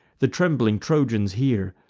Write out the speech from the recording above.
the trembling trojans hear,